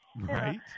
Right